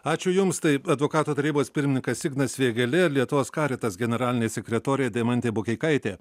ačiū jums advokatų tarybos pirmininkas ignas vėgėlė ir lietuvos karitas generalinė sekretorė deimantė bukeikaitė